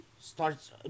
starts